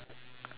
really ah